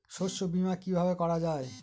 শস্য বীমা কিভাবে করা যায়?